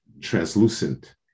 translucent